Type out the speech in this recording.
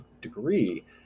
degree